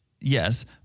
yes